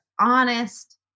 honest